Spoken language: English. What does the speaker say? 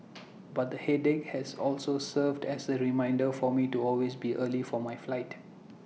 but the headache has also served as A reminder for me to always be early for my flight